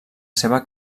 seva